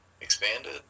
expanded